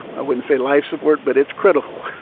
i wouldn't say life support, but it's critical.